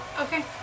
Okay